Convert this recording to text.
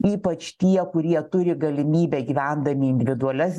ypač tie kurie turi galimybę gyvendami individualias